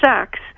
sex